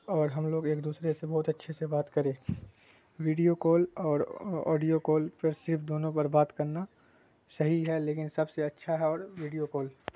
اور ہم لوگ ایک دوسرے سے بہت اچھے سے بات کریں ویڈیو کال اور آڈیو کال پھر صرف دونوں پر بات کرنا صحیح ہے لیکن سب سے اچھا ہے اور ویڈیو کال